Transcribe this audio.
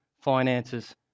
finances